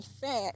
fat